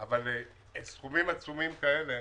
סכומים עצומים כאלה